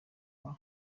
baba